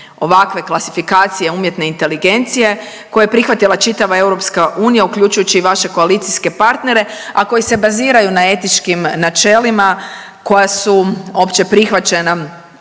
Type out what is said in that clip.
ovakve klasifikacije umjetne inteligencije koje je prihvatila čitava EU, uključujući i vaše koalicijske partnere, a koji se baziraju na etičkim načelima koja su opće prihvaćena